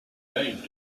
named